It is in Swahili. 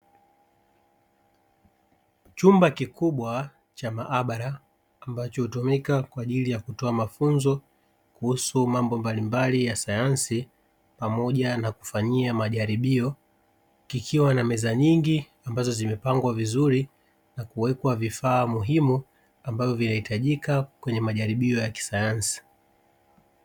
Chumba kikubwa cha maabara ambacho hutumika kwa ajili ya kutoa mafunzo kuhusu mambo mbalimbali ya sayansi pamoja na kufanyia majaribio, kikiwa na meza nyingi ambazo zimepangwa vizuri na kuwekwa vifaa muhimu ambavyo vinahitajika kwenye majaribio ya kisayansi.